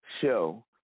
Show